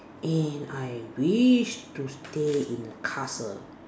and I wish to stay in a castle